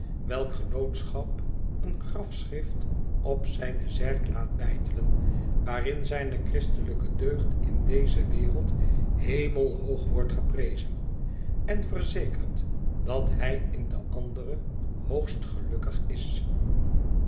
welk genootschap een grafschrift op zijne zerk laat beitelen waarin zijne christelijke deugd in deze wereld hemelhoog wordt geprezen en verzekerd dat hij in de andere hoogst gelukkig is